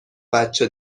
بچه